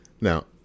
Now